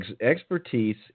expertise